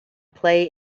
play